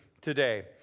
today